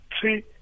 three